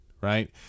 right